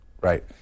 Right